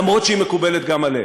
למרות שהיא מקובלת גם עליהם.